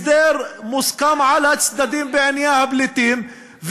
הסדר מוסכם על הצדדים בעניין הפליטים,